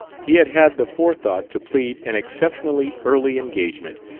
he had had the forethought to plead an exceptionally early engagement,